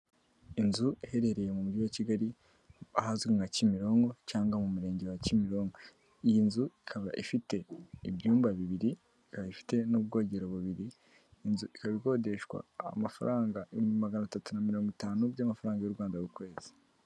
Inzu iherereye mu Mujyi wa Kigali ahazwi nka Kimironko cyangwa mu Murenge wa Kimironko. Iyi nzu ikaba ifite ibyumba bibiri, ikaba ifite n'ubwogero bubiri, inzu ikaba ikodeshwa amafaranga ibihumbi magana atatu na mirongo itanu by'amafaranga y'u Rwanda ku kwezi.